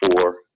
four